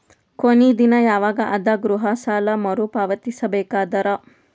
ಕೊನಿ ದಿನ ಯವಾಗ ಅದ ಗೃಹ ಸಾಲ ಮರು ಪಾವತಿಸಬೇಕಾದರ?